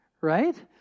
right